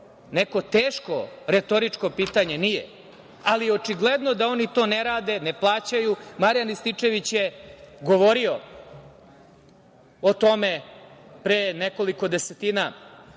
neko teško retoričko pitanje? Nije, ali očigledno da oni to ne rade, ne plaćaju. Marijan Rističević je govorio o tome pre nekoliko desetina